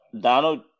Donald